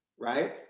right